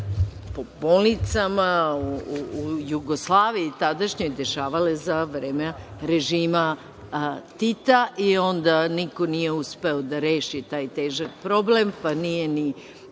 po bolnicama u Jugoslaviji tadašnjoj dešavale za vreme režima Tita, i onda niko nije uspeo da reši taj težak problem, pa nije ni